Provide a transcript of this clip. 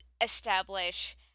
establish